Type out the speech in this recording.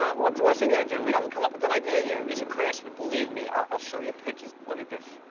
ah what's what's he gonna do? he hasn't come up with an idea yet. he's a craftsman, believe me. i'll show you pictures. look at this.